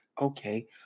okay